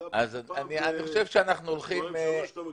אתה פעם בשבועיים מופיע,